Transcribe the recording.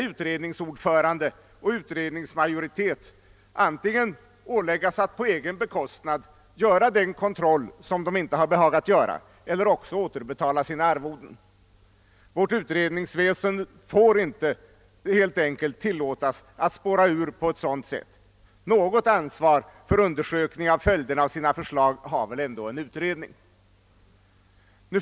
Utredningsordföranden och utredningsmajoriteten borde antingen åläggas att på egen bekostnad göra den kontroll som man inte behagat genomföra eller återbetala sina arvoden. Vårt utredningsväsende får helt enkelt inte tillåtas spåra ur på ett sådant sätt. Något ansvar för följderna av sitt förslag har väl ändå en utredning.